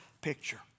picture